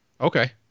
Okay